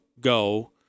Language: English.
go